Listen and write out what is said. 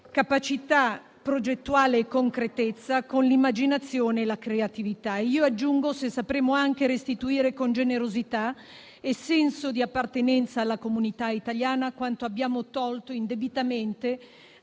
capacità progettuale e concretezza con l'immaginazione e la creatività. Io aggiungo che sarà completo, se sapremo anche restituire con generosità e senso di appartenenza alla comunità italiana quanto abbiamo tolto indebitamente